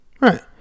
Right